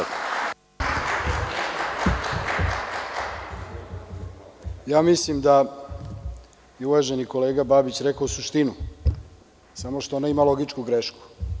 Mislim da je uvaženi kolega Babić rekao suštinu samo što ona ima logičku grešku.